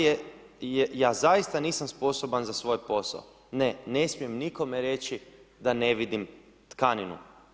Ja zaista nisam sposoban za svoj posao, ne, ne smijem nikome reći da ne vidim tkaninu.